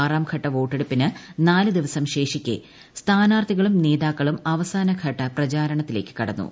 ആറാം ഘട്ട വോട്ടെടുപ്പിന് നാല് ദിവസം ശേഷിക്കെ സ്ഥാനാർത്ഥികളും നേതാക്കളും അവസാനഘട്ട പ്രചാരണത്തിലേക്ക് കടന്നു